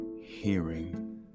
hearing